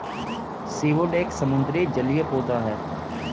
seaweed एक समुद्री जलीय पौधा है